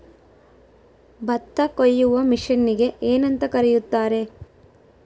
ಭತ್ತ ಕೊಯ್ಯುವ ಮಿಷನ್ನಿಗೆ ಏನಂತ ಕರೆಯುತ್ತಾರೆ?